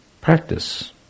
practice